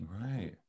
Right